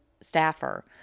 staffer